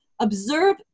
observe